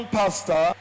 pastor